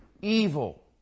evil